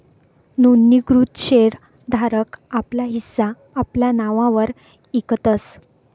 नोंदणीकृत शेर धारक आपला हिस्सा आपला नाववर इकतस